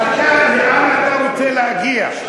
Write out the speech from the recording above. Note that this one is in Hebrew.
לאן אתה רוצה להגיע?